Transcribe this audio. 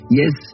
yes